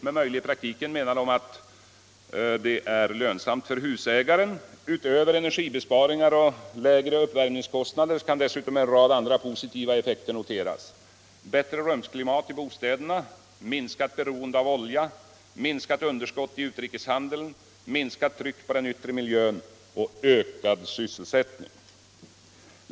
Med möjlig i praktiken menas då att det är lönsamt för husägaren. Utöver energibesparingar och lägre uppvärmningskostnader kan dessutom en rad andra positiva effekter noteras: bättre rumsklimat i bostäderna, minskat beroende av olja, minskat underskott i utrikeshandeln, minskat tryck på den yttre miljön och ökad sysselsättning.